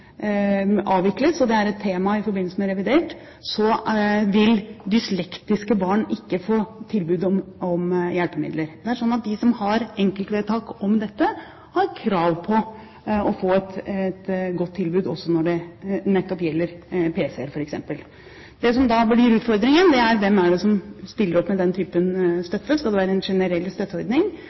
avvikles – det er et tema i forbindelse med revidert – så vil dyslektiske barn ikke få tilbud om hjelpemidler. De som har enkeltvedtak om dette, har krav på å få et godt tilbud også når det nettopp gjelder PC-er f.eks. Det som da blir utfordringen, er hvem som stiller opp med den typen støtte. Skal det være en generell støtteordning?